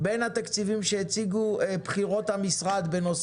בין התקציבים שהציגו בכירות המשרד בנושא